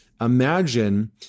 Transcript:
imagine